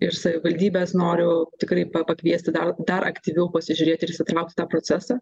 ir savivaldybes noriu tikrai pa pakviesti dar dar aktyviau pasižiūrėti ir įsitraukti į tą procesą